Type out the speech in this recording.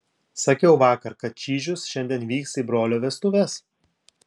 sakiau vakar kad čyžius šiandien vyks į brolio vestuves